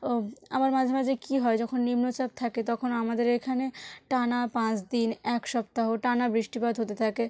ও আবার মাঝে মাঝে কী হয় যখন নিম্নচাপ থাকে তখন আমাদের এখানে টানা পাঁচ দিন এক সপ্তাহ টানা বৃষ্টিপাত হতে থাকে